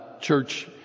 church